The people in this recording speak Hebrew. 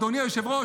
אדוני היושב-ראש,